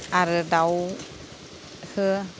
आरो दाउखौ